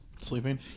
sleeping